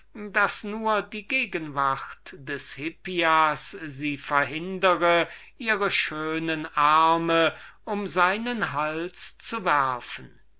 daß nur die gegenwart des hippias sie verhindere ihre schönen arme um seinen hals zu werfen